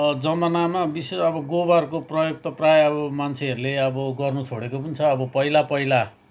जमानामा विशेष अब गोबरको प्रयोग त प्राय अब मान्छेहरूले अब गर्नु छोडेको पनि छ पहिला पहिला